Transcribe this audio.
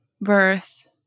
birth